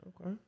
okay